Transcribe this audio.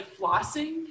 flossing